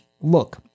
look